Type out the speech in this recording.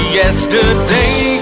yesterday